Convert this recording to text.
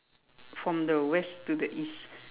from the West to the East